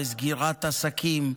וסגירת עסקים,